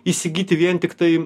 įsigyti vien tiktai